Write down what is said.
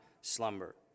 slumber